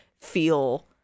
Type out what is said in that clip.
feel